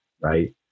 right